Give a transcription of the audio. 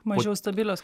mažiau stabilios